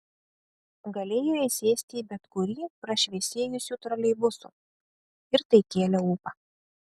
galėjo įsėsti į bet kurį prašviesėjusių troleibusų ir tai kėlė ūpą